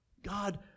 God